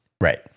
right